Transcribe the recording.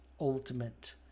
ultimate